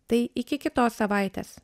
tai iki kitos savaitės